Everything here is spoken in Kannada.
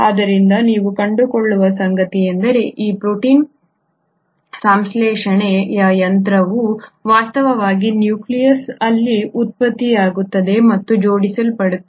ಆದ್ದರಿಂದ ನೀವು ಕಂಡುಕೊಳ್ಳುವ ಸಂಗತಿಯೆಂದರೆ ಈ ಪ್ರೋಟೀನ್ ಸಂಶ್ಲೇಷಣೆ ಯಂತ್ರವು ವಾಸ್ತವವಾಗಿ ನ್ಯೂಕ್ಲಿಯೊಲಸ್ ಅಲ್ಲಿ ಉತ್ಪತ್ತಿಯಾಗುತ್ತದೆ ಮತ್ತು ಜೋಡಿಸಲ್ಪಡುತ್ತದೆ